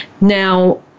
now